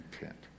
intent